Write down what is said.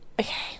okay